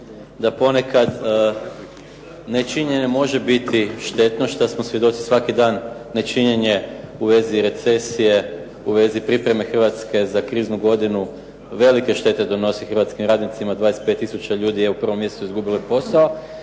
da ponekad nečinjenje može biti štetno što smo svjedoci svaki dan, nečinjenje u vezi recesije, u vezi pripreme Hrvatske za kriznu godinu velike štete donosi hrvatskim radnicima. 25 tisuća ljudi je u 1. mjesecu izgubilo i posao,